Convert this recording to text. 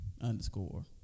underscore